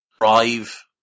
drive